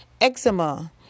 eczema